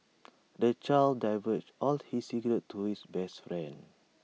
the child divulged all his secrets to his best friend